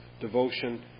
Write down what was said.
devotion